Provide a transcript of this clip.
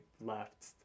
left